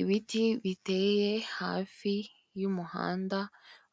Ibiti biteye hafi y'umuhanda